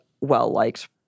well-liked